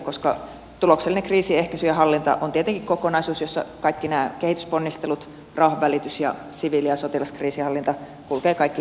tuloksellinen kriisin ehkäisy ja hallinta on tietenkin kokonaisuus jossa kaikki nämä kehitysponnistelut rauhanvälitys ja siviili ja sotilaskriisinhallinta kulkevat käsi kädessä